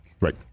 Right